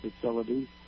facilities